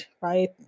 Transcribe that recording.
right